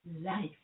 life